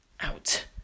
out